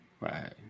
right